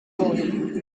boy